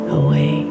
away